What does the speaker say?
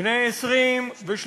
בני 20 ו-30,